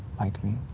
like me.